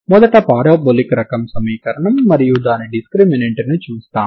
మొదట పారాబొలిక్ రకం సమీకరణం మరియు దాని డిస్క్రిమినెంట్ ను చూస్తాము